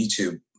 YouTube